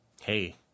Hey